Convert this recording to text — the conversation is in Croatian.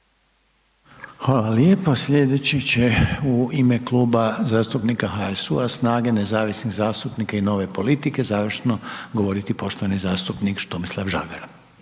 Hvala lijepo. Slijedeći će u ime Kluba zastupnika HSU-a, SNAGE, nezavisnih zastupnika i Nove politike završno govoriti poštovani zastupnik Tomislav Žagar.